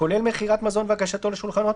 הכולל מכירת מזון והגשתו לשולחנות,